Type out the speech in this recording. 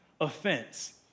Offense